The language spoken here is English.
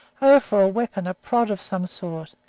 oh, for a weapon, a prod of some sort,